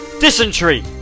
dysentery